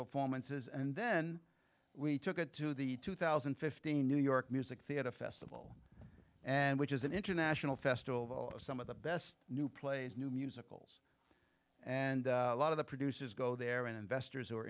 performances and then we took it to the two thousand and fifteen new york music theater festival and which is an international festival some of the best new plays new musicals and a lot of the producers go there and investors